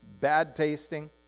bad-tasting